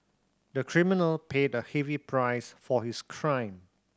the criminal paid a heavy price for his crime